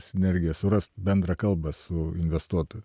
sinergija surast bendrą kalbą su investuotoju